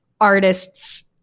artists